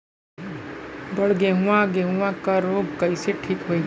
बड गेहूँवा गेहूँवा क रोग कईसे ठीक होई?